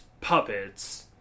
puppets